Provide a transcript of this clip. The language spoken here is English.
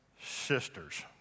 sisters